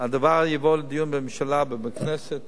הדבר יבוא לדיון בממשלה ובכנסת,